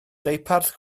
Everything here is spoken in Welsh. deuparth